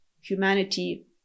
humanity